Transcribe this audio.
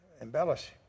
embellish